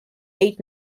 eight